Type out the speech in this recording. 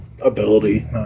Ability